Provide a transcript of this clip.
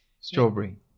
strawberry